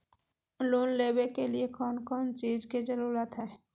Loan लेबे के लिए कौन कौन चीज के जरूरत है?